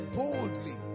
boldly